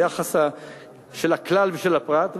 היחס של הכלל ושל הפרט,